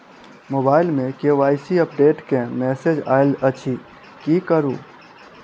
Mobile मे KYC update केँ message आइल अछि की करू?